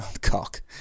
Cock